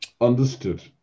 Understood